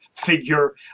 figure